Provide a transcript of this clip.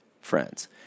friends